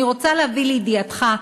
אני רוצה להביא לידיעתך,